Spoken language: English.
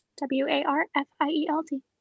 W-A-R-F-I-E-L-D